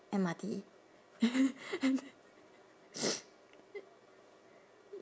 M_R_T